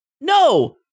No